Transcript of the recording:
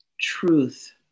truth